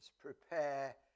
prepare